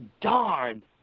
darn